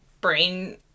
brain